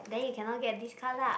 then you cannot get this car lah